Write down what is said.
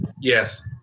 Yes